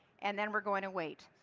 and then we're going to wait.